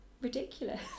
ridiculous